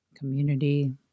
community